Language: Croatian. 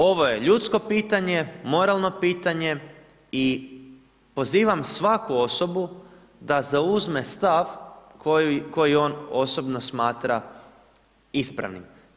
Ovo je ljudsko pitanje, moralno pitanje i pozivam svaku osobu da zauzme stav koji on osobno smatra ispravnim.